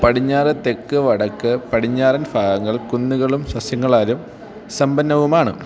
പടിഞ്ഞാറ് തെക്ക് വടക്ക് പടിഞ്ഞാറൻ ഭാഗങ്ങൾ കുന്നുകളും സസ്യങ്ങളാലും സമ്പന്നവുമാണ്